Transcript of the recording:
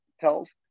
tells